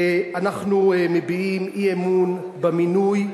אנחנו מביעים אי-אמון במינוי,